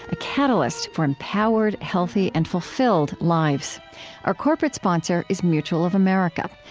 a catalyst for empowered, healthy, and fulfilled lives our corporate sponsor is mutual of america.